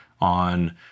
On